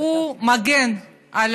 הוא מגן על